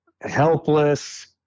helpless